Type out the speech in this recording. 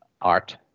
art